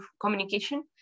communication